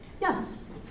Yes